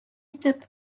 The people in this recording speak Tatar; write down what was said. итеп